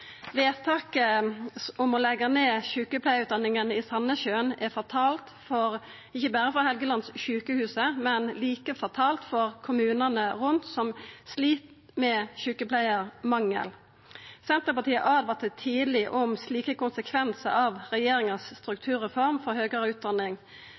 Vedtaket om å leggja ned sjukepleiarutdanninga i Sandnessjøen er fatalt ikkje berre for Helgelandssjukehuset, det er like fatalt for kommunane rundt som slit med sjukepleiarmangel. Senterpartiet åtvara tidleg om slike konsekvensar av regjeringas